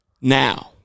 Now